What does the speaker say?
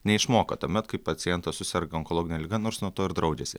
neišmoka tuomet kai pacientas suserga onkologine liga nors nuo to ir draudžiasi